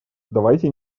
давайте